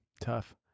Tough